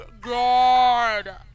god